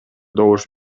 добуш